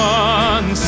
one